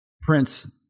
Prince